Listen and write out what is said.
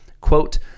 Quote